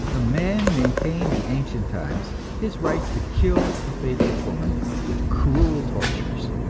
the man maintained in ancient times his right to kill the faithless woman with cruel tortures.